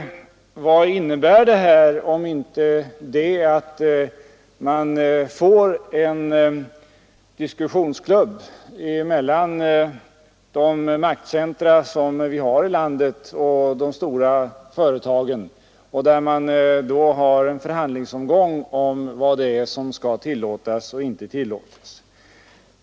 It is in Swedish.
Vad innebär det, om inte att det bildas en diskussionsklubb där företrädare för politiska maktcentra och de stora företagen tar en förhandlingsomgång om vad det är som skall tillåtas och inte tillåtas?